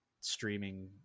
streaming